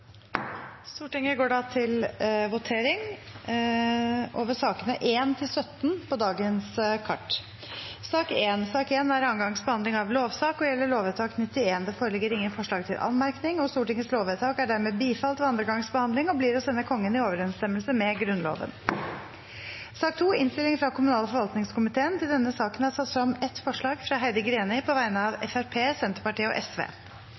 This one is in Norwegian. Stortinget er da klar til å gå til votering over sakene nr. 1–17 på dagens kart. Sak nr. 1 er andre gangs behandling av lovsak og gjelder lovvedtak 91. Det foreligger ingen forslag til anmerkning. Stortingets lovvedtak er dermed bifalt ved andre gangs behandling og blir å sende Kongen i overensstemmelse med Grunnloven. Under debatten har Heidi Greni satt frem et forslag på vegne av Fremskrittspartiet, Senterpartiet og